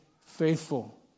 faithful